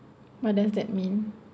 what does that mean